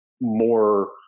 more